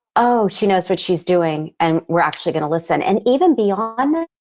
oh, she knows what she's doing and we're actually going to listen. and even beyond that,